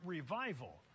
Revival